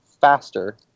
faster